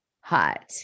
hot